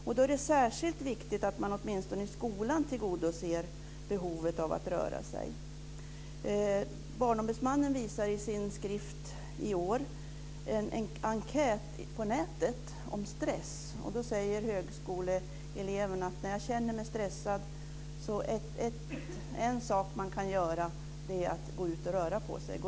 Det är särskilt viktigt att man åtminstone i skolan tillgodoser rörelsebehovet. Barnombudsmannen redovisar detta år i sin årliga skrift en enkät på nätet om stress. En högskoleelev säger där: När man känner sig stressad kan man gå ut och röra på sig.